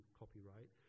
copyright